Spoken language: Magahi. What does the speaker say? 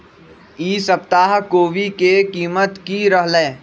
ई सप्ताह कोवी के कीमत की रहलै?